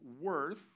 worth